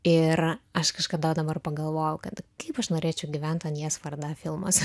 ir aš kažkada dabar pagalvojau kad kaip aš norėčiau gyventi anjes varda filmuose